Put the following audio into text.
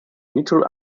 neutral